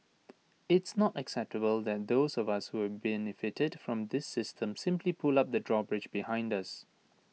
it's not acceptable that those of us who've benefited from this system simply pull up the drawbridge behind us